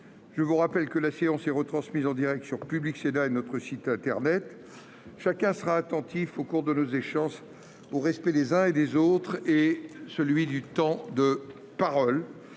je vous rappelle que la séance est retransmise en direct sur Public Sénat et sur notre site internet. Chacun sera attentif à observer, au cours de nos échanges, le respect des uns et des autres et celui du temps de parole.